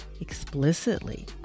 explicitly